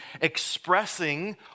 expressing